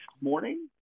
morning